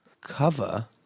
Cover